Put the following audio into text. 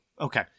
Okay